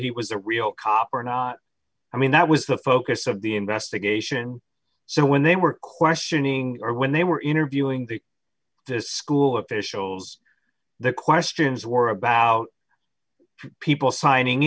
he was a real cop or not i mean that was the focus of the investigation so when they were questioning or when they were interviewing the school officials the questions were about people signing